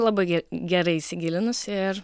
labai gerai įsigilinus ir